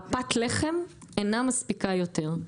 הפת לחם אינה מספיקה יותר,